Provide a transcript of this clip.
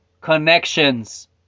connections